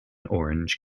orange